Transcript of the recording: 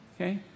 Okay